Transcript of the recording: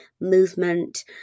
movement